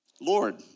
Lord